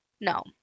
No